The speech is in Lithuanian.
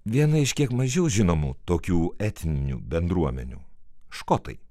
viena iš kiek mažiau žinomų tokių etninių bendruomenių škotai